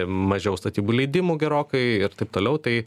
mažiau statybų leidimų gerokai ir taip toliau tai